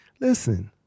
Listen